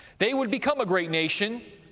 they would become a great nation,